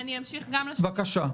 אני אמשיך גם לשנים הקודמות.